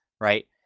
Right